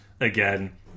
again